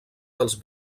dels